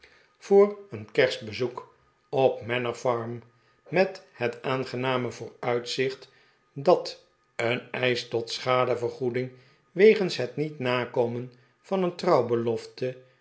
voor een kerstbezoek op manor farm met het aangename vooruitzicht dat een eisch tot schadevergoeding wegens het niet nakomen van een